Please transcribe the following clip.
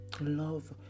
love